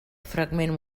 fragment